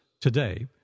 today